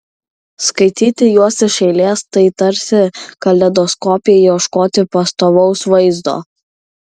skaityti juos iš eilės tai tarsi kaleidoskope ieškoti pastovaus vaizdo